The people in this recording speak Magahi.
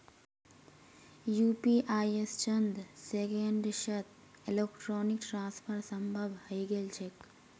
यू.पी.आई स चंद सेकंड्सत इलेक्ट्रॉनिक ट्रांसफर संभव हई गेल छेक